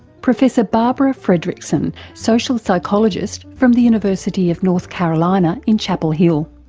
professor barbara fredrickson, social psychologist from the university of north carolina in chapel hill.